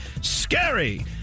Scary